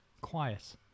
quiet